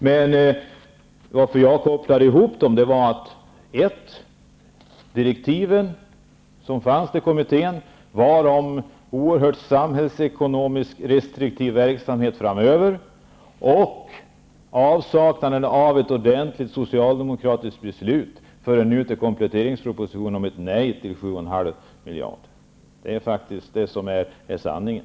Jag gjorde denna koppling därför att direktiven till kommittén gällde en samhällsekonomiskt oerhört restriktiv verksamhet framöver och dessutom på grund av avsaknaden av ett ordentligt socialdemokratiskt beslut. Det kom nu i kompletteringspropositionen i form av ett nej till 7,5 miljarder. Det är faktiskt det som är sanningen.